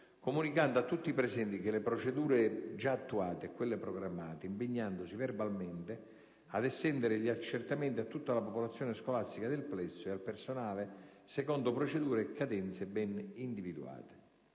comunicando a tutti i presenti le procedure già attuate e quelle programmate, impegnandosi verbalmente ad estendere gli accertamenti a tutta la popolazione scolastica del plesso e al personale secondo procedure e cadenze ben individuate.